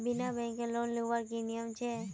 बिना बैंकेर लोन लुबार की नियम छे?